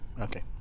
Okay